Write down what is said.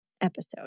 episode